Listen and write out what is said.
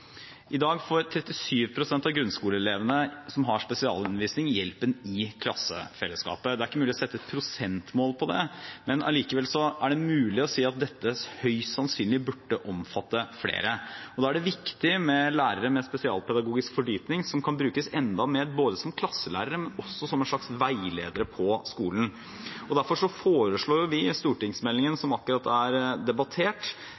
I dag får 37 pst. av grunnskoleelevene som har spesialundervisning, hjelpen i klassefellesskapet. Det er ikke mulig å sette et prosentmål på det, men allikevel er det mulig å si at dette høyst sannsynlig burde omfatte flere. Da er det viktig med lærere med spesialpedagogisk fordypning som kan brukes enda mer, ikke bare som klasselærere, men også som en slags veileder på skolen. Derfor foreslo vi i stortingsmeldingen som akkurat er debattert,